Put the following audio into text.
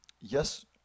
yes